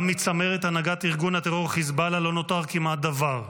גם מצמרת הנהגת ארגון הטרור חיזבאללה לא נותר כמעט דבר.